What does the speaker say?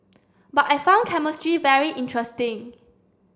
but I found chemistry very interesting